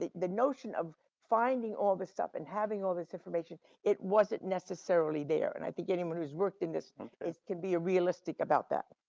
the the notion of finding all this stuff and having all this information, it wasn't necessarily there. and i think anyone who's worked in this can be realistic about that.